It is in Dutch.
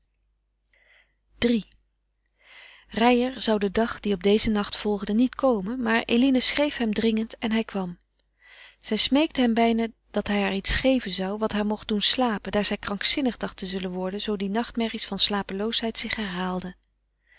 iii reijer zou den dag die op dezen nacht volgde niet komen maar eline schreef hem dringend en hij kwam zij smeekte hem bijna dat hij haar iets geven zou wat haar mocht doen slapen daar zij krankzinnig dacht te zullen worden zoo die nachtmerries van slapeloosheid zich herhaalden